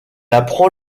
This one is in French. apprend